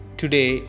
today